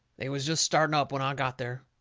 they was jest starting up when i got there.